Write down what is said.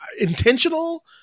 intentional